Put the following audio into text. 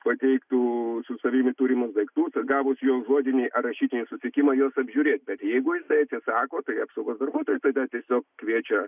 pateiktų su savimi turimus daiktus ir gavus jo žodinį ar rašytinį sutikimą juos apžiūrėti bet jeigu jisai atsisako tai apsaugos darbuotojas tada tiesiog kviečia